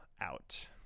Out